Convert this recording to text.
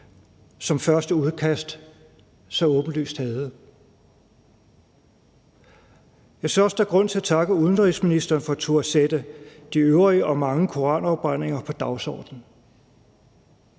som første udkast så åbenlyst havde. Jeg synes også, der er grund til at takke udenrigsministeren for at turde at sætte de øvrige og mange koranafbrændinger på dagsordenen.